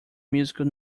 musical